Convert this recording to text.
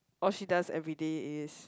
all she does everyday is